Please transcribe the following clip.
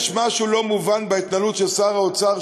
יש משהו לא מובן בהתנהלות של שר האוצר,